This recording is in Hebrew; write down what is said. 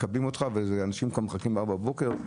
אנשים מחכים משעה 4:00 לפנות בוקר.